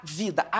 vida